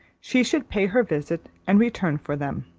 she should pay her visit and return for them.